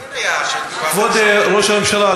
כבוד ראש הממשלה,